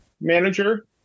manager